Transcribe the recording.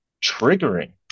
triggering